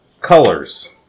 colors